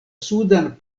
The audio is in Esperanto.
sudan